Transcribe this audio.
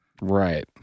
Right